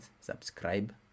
subscribe